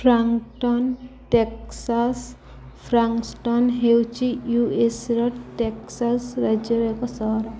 Frankston Texas Frankston ହେଉଛି ୟୁଏସ୍ର Texas ରାଜ୍ୟର ଏକ ସହର